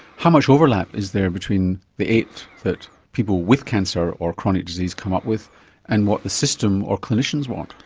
how much overlap is there between the eight that people with cancer or chronic disease come up with and what the system or clinicians want?